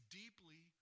deeply